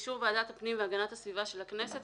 ובאישור ועדת הפנים והגנת הסביבה של הכנסת,